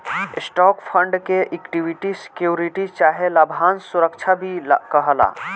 stock fund के equity security चाहे लाभांश सुरक्षा भी कहाला